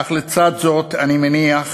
אך לצד זאת, אני מניח